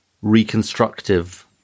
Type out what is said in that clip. reconstructive